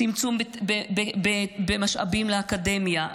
הצמצום במשאבים לאקדמיה,